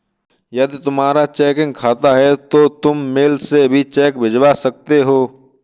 यदि तुम्हारा चेकिंग खाता है तो तुम मेल से भी चेक भिजवा सकते हो